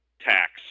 tax